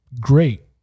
great